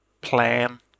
plan